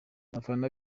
abafana